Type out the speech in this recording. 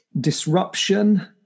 disruption